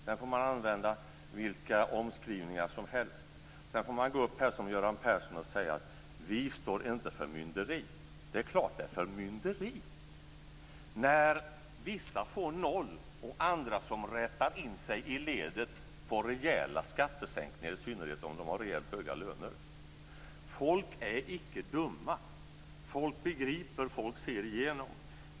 Sedan får man använda vilka omskrivningar som helst, och sedan kan man gå upp här som Göran Persson och säga: Vi står inte för förmynderi. Men det är klart att det är förmynderi när vissa får noll, och andra, som rättar in sig i ledet, får rejäla skattesänkningar - i synnerhet om de har rejält höga löner. Folk är icke dumma. Folk begriper, och folk ser igenom.